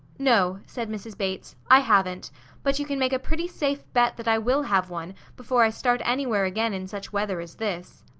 no, said mrs. bates, i haven't but you can make a pretty safe bet that i will have one before i start anywhere again in such weather as this.